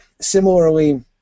similarly